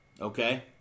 Okay